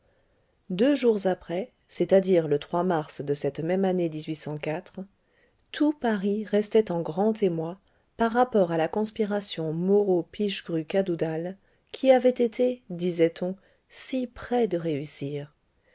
deux jours après c'est-à-dire le mars de cette même année tout paris restait en grand émoi par rapport à la conspiration moreau pichegru cadoudal qui avait été disait-on si près de réussir